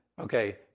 okay